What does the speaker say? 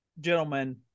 gentlemen